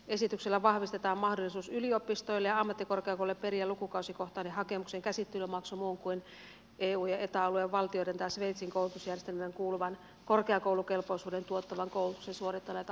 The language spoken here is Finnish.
esityksellä vahvistetaan mahdollisuus yliopistoille ja ammattikorkeakouluille periä lukukausikohtainen hakemuksen käsittelymaksu muun kuin eu ja eta alueen valtioiden tai sveitsin koulutusjärjestelmään kuuluvan korkeakoulukelpoisuuden tuottavan koulutuksen suorittaneilta hakijoilta